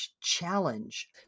challenge